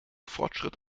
fortschritt